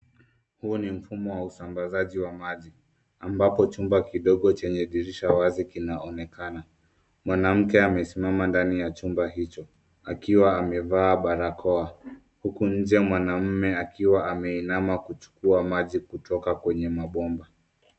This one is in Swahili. Huu ni Mfumo wa usambazaji wa maji. Ambapo Chumba kidogo chenye dirisha wazi kinaonekana. Mwanamke amesimama ndani ya chumba hicho akiwa amevaa barakoa huku nje mwanaume akiwa ameinama kuchukua maji kutoka kwenye mabomba.